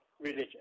religion